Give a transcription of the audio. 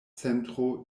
centro